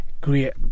great